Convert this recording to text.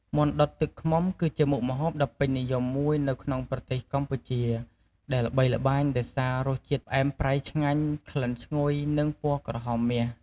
មាន់ដុតទឹកឃ្មុំ គឺជាមុខម្ហូបដ៏ពេញនិយមមួយនៅក្នុងប្រទេសកម្ពុជា ដែលល្បីល្បាញដោយសាររសជាតិផ្អែមប្រៃឆ្ងាញ់ ក្លិនឈ្ងុយ និងពណ៌ក្រហមមាស។